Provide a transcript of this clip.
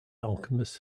alchemist